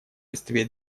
листве